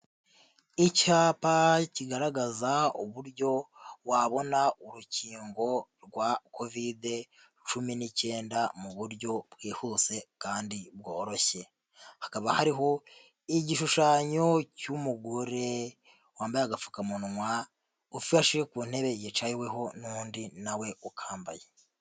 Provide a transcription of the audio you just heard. Icyapa kigaragaza uburyo wabona urukingo rwa Kovide cumi n'icyenda mu buryo bwihuse kandi bworoshye. Hakaba hariho igishushanyo cy'umugore wambaye agapfukamunwa ufashe ku ntebe yicayeweho n'undi nawe ukambaye.